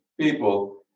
people